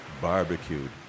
barbecued